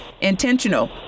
intentional